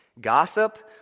gossip